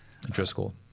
Driscoll